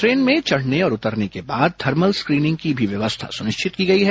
train में चढ़ने और उतरने के बाद थर्मल स्क्रीनिंग की भी व्यवस्था सुनिश्चित की गई है